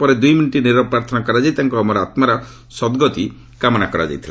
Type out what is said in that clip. ପରେ ଦୁଇ ମିନିଟ୍ ନିରବ ପ୍ରାର୍ଥନା କରାଯାଇ ତାଙ୍କ ଅମର ଆତ୍କାର ସଦ୍ଗତି କାମନା କରାଯାଇଥିଲା